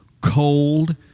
cold